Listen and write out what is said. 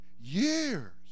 years